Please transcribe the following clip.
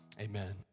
Amen